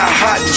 hot